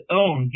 own